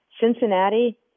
Cincinnati